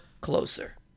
closer